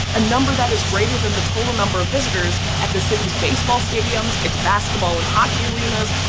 a number that is greater than the total number of visitors at. the city's baseball stadiums, its basketball and hockey arenas,